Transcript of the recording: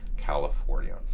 California